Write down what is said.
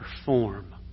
perform